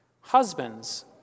Husbands